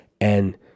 and-